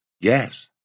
Yes